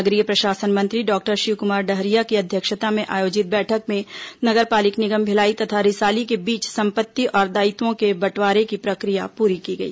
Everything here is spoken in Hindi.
नगरीय प्रशासन मंत्री डॉक्टर शिवकुमार डहरिया की अध्यक्षता में आयोजित बैठक में नगर पालिक निगम भिलाई तथा रिसाली के बीच संपत्ति और दायित्वों के बंटवारे की प्रक्रिया पूरी की गई